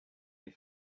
est